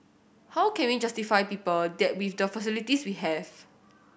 how can we justify people that with the facilities we have